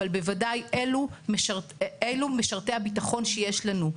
אבל בוודאי אלה משרתי הביטחון שיש לנו.